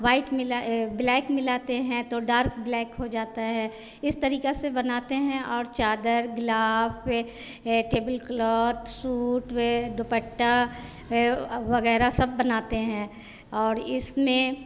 white मिला black मिलाते हैं तो डार्क ब्लैक हो जाता है इस तरीक़े से बनाते हैं और चादर ग्लास टेबिल क्लॉथ सूट हुए दुप्पट्टा वग़ैरह सब बनाते है और इसमें